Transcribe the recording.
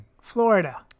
Florida